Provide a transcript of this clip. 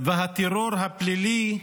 והטרור הפלילי ממשיך.